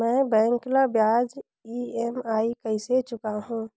मैं बैंक ला ब्याज ई.एम.आई कइसे चुकाहू?